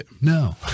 No